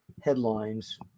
headlines